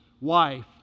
wife